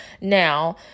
Now